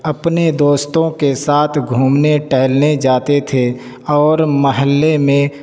اپنے دوستوں کے ساتھ گھومنے ٹہلنے جاتے تھے اور محلے میں